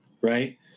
right